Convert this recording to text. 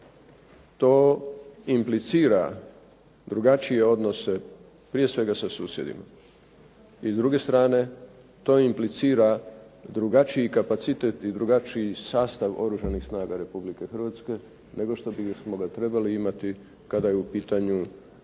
To implicira drugačije odnose prije svega sa susjedima. I s druge strane, to implicira drugačiji kapacitet i drugačiji sastav Oružanih snaga Republike Hrvatske nego što bismo ga trebali imati kada je u pitanju